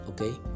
okay